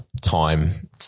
time